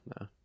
no